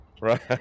Right